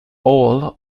all